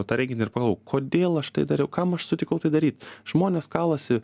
tą reginį ir pagalvojau kodėl aš tai dariau kam aš sutikau tai daryt žmonės kalasi